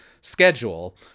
schedule